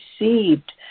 received